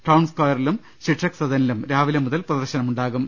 town സ്കയറിലും ശിക്ഷക് സദ നിലും രാവിലെ മുതൽ പ്രദർശനം ഉണ്ടാകും